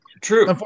True